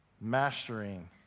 Mastering